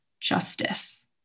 justice